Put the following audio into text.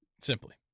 Simply